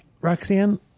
Roxanne